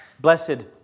Blessed